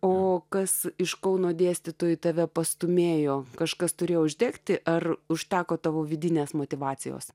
o kas iš kauno dėstytojų tave pastūmėjo kažkas turėjo uždegti ar užteko tavo vidinės motyvacijos